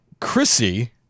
Chrissy